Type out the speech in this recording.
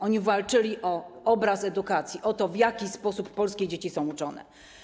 Oni walczyli o obraz edukacji, o to, w jaki sposób polskie dzieci są uczone.